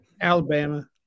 Alabama